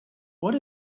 what